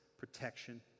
Protection